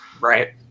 right